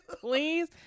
Please